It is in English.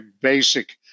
basic